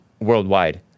worldwide